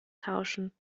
tauschen